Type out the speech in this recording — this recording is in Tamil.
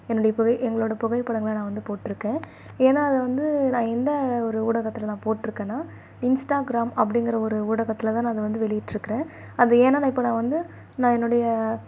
என்னுடைய புகைப் எங்களோட புகைப்படங்களை நான் வந்து போட்டிருக்கேன் ஏன்னா அதை வந்து நான் எந்த ஒரு ஊடகத்தில் நான் போட்டிருக்கேன்னா இன்ஸ்டாக்ராம் அப்படிங்கிற ஒரு ஊடகத்தில் தான் நான் அதை வந்து வெளியிட்டிருக்குறேன் அது ஏன்னா நான் இப்போ நான் வந்து நான் என்னுடைய